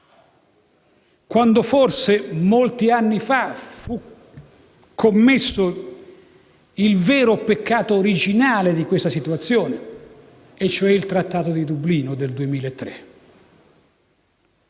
quando forse fu commesso il vero peccato originale di questa situazione, e cioè il Trattato di Dublino del 2003.